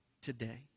today